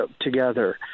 together